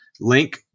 Link